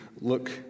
look